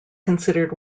considered